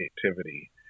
creativity